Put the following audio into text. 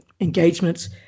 engagements